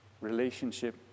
relationship